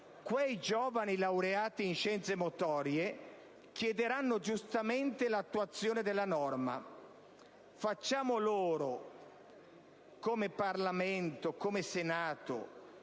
quei giovani laureati in scienze motorie chiederanno giustamente l'attuazione della norma. Facciamo loro, come Parlamento, come Senato,